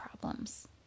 problems